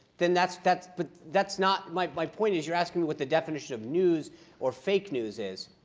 then that's that's but that's not my point is, you're asking me what the definition of news or fake news is.